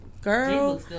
Girl